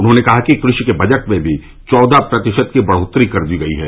उन्होंने कहा कि कृषि के बजट में भी चौदह प्रतिशत की बढ़ोत्तरी कर दी गई है